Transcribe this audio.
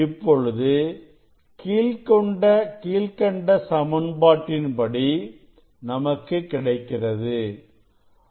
இப்பொழுது கீழ்க்கண்ட சமன்பாட்டின் படி நமக்கு கிடைக்கிறது